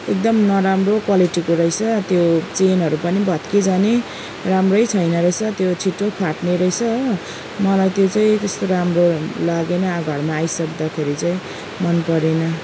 एकदम नराम्रो क्वालिटीको रहेस त्यो चेनहरू पनि भत्किजाने राम्रै छैन रहेछ त्यो छिटो फाट्ने रहेछ हो मलाई त्यो चाहिँ त्यस्तो राम्रो लागेन अब घरमा आइसक्दाखेरि चाहिँ मन परेन